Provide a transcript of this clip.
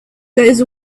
goes